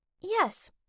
Yes